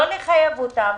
לא לחייב אותם.